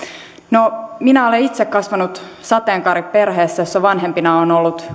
no minä olen itse kasvanut sateenkaariperheessä jossa vanhempina on ollut